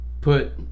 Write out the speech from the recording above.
put